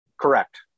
Correct